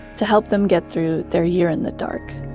to help them get through their year in the dark.